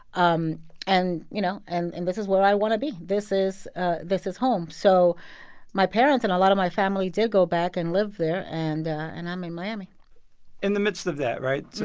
um and you know and and this is where i want to be. this is ah this is home. so my parents and a lot of my family did go back and live there, and and i'm in miami in the midst of that, right,